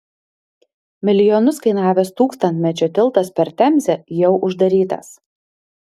milijonus kainavęs tūkstantmečio tiltas per temzę jau uždarytas